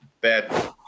bad